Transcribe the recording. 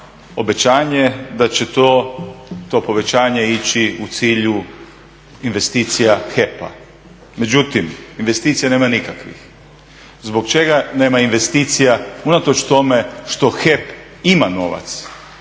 obećanje da će to povećanje ići u cilju investicija HEP-a. Međutim, investicija nema nikakvih. Zbog čega nema investicija unatoč tome što HEP ima novac?